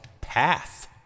path